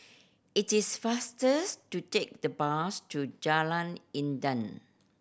it is fasters to take the bus to Jalan Intan